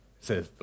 says